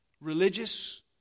religious